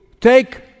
take